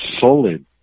solid